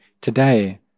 today